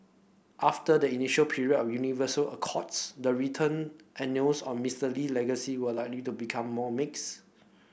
after the initial period of universal accolades the written annals on Mister Lee legacy will likely to become more mixed